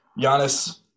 Giannis